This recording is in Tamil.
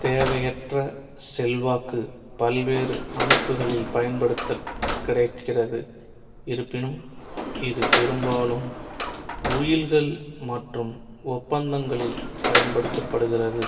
தேவையற்ற செல்வாக்கு பல்வேறு அமைப்புகளில் பயன்படுத்தக் கிடைக்கிறது இருப்பினும் இது பெரும்பாலும் உயில்கள் மற்றும் ஒப்பந்தங்களில் பயன்படுத்தப்படுகிறது